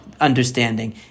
understanding